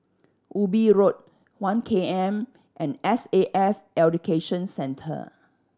Ubi Road One K M and S A F Education Centre